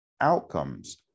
Outcomes